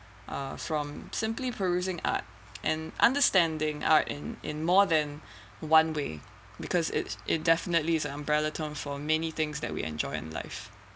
uh from simply perusing art and understanding art in in more than one way because it's it definitely is an umbrella term for many things that we enjoy in life